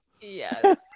Yes